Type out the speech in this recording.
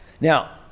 Now